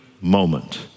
moment